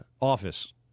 office